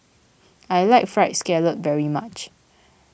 I like Fried Scallop very much